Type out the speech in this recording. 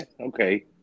okay